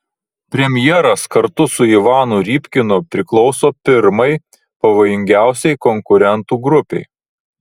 premjeras kartu su ivanu rybkinu priklauso pirmai pavojingiausiai konkurentų grupei